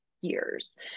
years